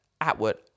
Atwood